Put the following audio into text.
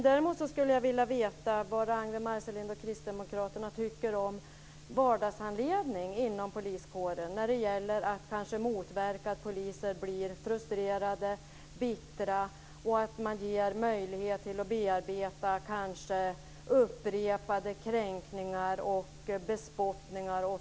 Däremot skulle jag vilja veta vad Ragnwi Marcelind och Kristdemokraterna tycker om vardagshandledning inom poliskåren för att motverka att poliser blir bittra och frustrerade och att man ger hjälp att bearbeta t.ex. upprepade kränkningar och bespottningar.